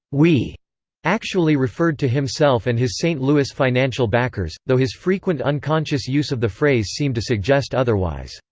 we actually referred to himself and his st. louis financial backers, though his frequent unconscious use of the phrase seemed to suggest otherwise.